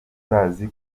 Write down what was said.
bazi